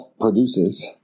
produces